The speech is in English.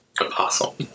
apostle